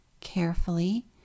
Carefully